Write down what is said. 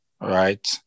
right